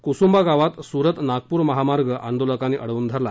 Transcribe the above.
कुसुंबा गावात सुरत नागपूर महामार्ग आंदोलकांनी अडवून धरला